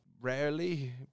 Rarely